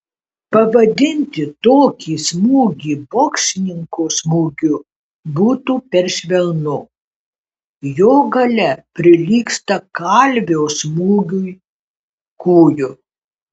pavadinti tokį smūgį boksininko smūgiu būtų per švelnu jo galia prilygsta kalvio smūgiui kūju